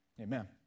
amen